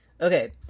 Okay